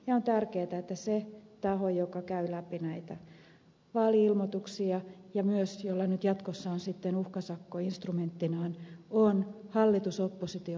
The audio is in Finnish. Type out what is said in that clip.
ja on tärkeätä että se taho joka käy läpi näitä vaali ilmoituksia ja jolla myös jatkossa on sitten uhkasakko instrumenttinaan on hallitusoppositio asemasta vapaa